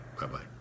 Bye-bye